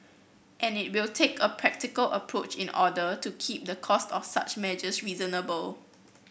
and it will take a practical approach in order to keep the cost of such measures reasonable